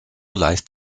leicht